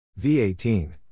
V18